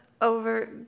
Over